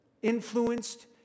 Influenced